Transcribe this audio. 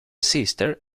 sister